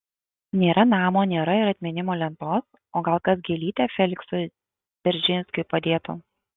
nėra namo nėra ir atminimo lentos o gal kas gėlytę feliksui dzeržinskiui padėtų